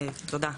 תודה.